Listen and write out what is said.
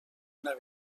una